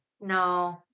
No